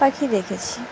পাখি দেখেছি